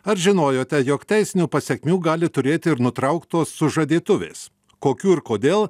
ar žinojote jog teisinių pasekmių gali turėti ir nutrauktos sužadėtuvės kokių ir kodėl